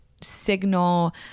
signal